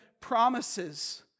promises